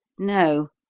no,